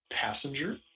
passenger